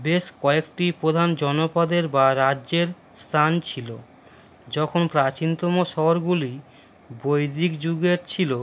বেশ কয়েকটি প্রধান জনপদের বা রাজ্যের স্থান ছিল যখন প্রাচীনতম শহরগুলি বৈদিক যুগের ছিল